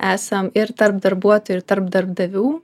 esam ir tarp darbuotojų ir tarp darbdavių